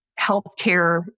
healthcare